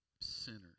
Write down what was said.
sinners